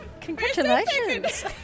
Congratulations